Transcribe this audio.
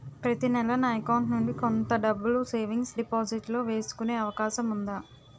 ప్రతి నెల నా అకౌంట్ నుండి కొంత డబ్బులు సేవింగ్స్ డెపోసిట్ లో వేసుకునే అవకాశం ఉందా?